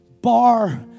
Bar